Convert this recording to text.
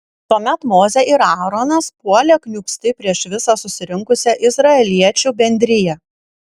tuomet mozė ir aaronas puolė kniūbsti prieš visą susirinkusią izraeliečių bendriją